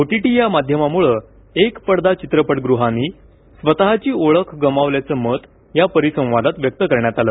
OTT या माध्यमामुळे एकपडदा चित्रपटगृहांनी स्वतःची ओळख गमावल्याचं मत या परिसंवादात व्यक्त करण्यात आलं